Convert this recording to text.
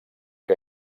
que